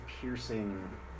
piercing